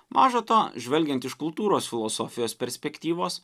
maža to žvelgiant iš kultūros filosofijos perspektyvos